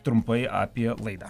trumpai apie laidą